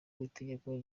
w’itegeko